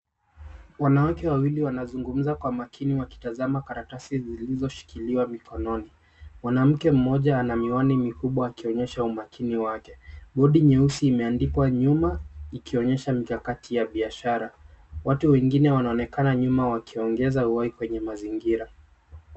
Wanawake Wawili wanazungumza kwa makini wakitazama karatasi zilizo shikiliwa mikononi. Mwanamke mmoja ana miwani mikubwa akionyesha umakini wake. Bodi nyeusi imeandikwa nyuma ikionyesha mikakati ya biashara. Watu wengine wanaonekana nyuma wakiongeza uhai kwenye mazingira.